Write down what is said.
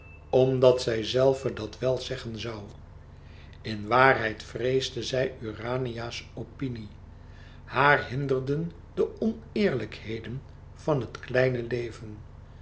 omdat zij zelve dat wel zeggen zoû in waarheid vreesde zij urania's opinie haar hinderden de oneerlijkheden van het kleine leven